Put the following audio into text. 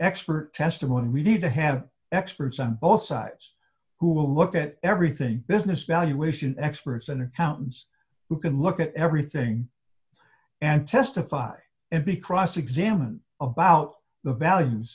expert testimony and we need to have experts on both sides who will look at everything business valuation experts and accountants who can look at everything and testify and be cross examined about the values